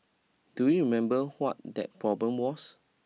do you remember what that problem was